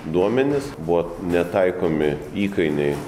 duomenis buvo netaikomi įkainiai